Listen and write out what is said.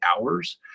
hours